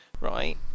right